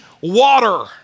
water